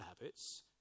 habits